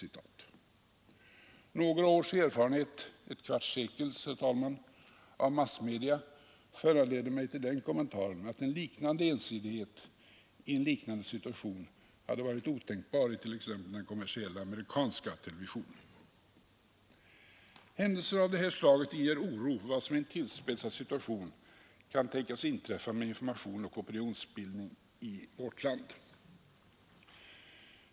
Många års erfarenhet — ett kvarts sekels, herr talman — av massmedia föranleder mig till den kommentaren, att en liknande ensidighet i en liknande situation hade varit otänkbar i t.ex. den kommersiella amerikanska televisionen. Händelser av det här slaget inger oro för vad som i en tillspetsad situation kan tänkas inträffa med information och opinionsbildning även i vårt land.